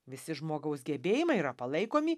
visi žmogaus gebėjimai yra palaikomi